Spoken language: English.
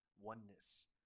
oneness